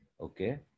okay